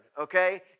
okay